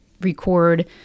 record